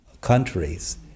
countries